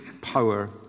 power